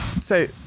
say